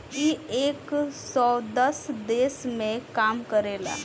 इ एक सौ दस देश मे काम करेला